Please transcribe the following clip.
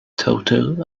toto